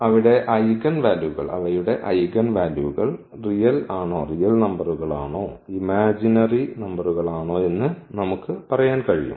അവിടെ ഐഗൻ വാല്യൂകൾ റിയൽ ആണോ ഇമാജിൻറി ആണോ എന്ന് നമുക്ക് പറയാൻ കഴിയും